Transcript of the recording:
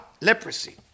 leprosy